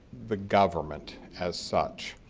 the government as such.